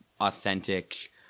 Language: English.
authentic –